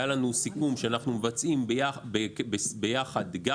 היה לנו סיכום שאנחנו מבצעים ביחד גם